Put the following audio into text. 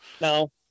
no